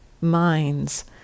minds